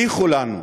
הניחו לנו.